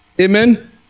Amen